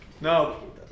No